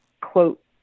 quote